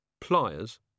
Pliers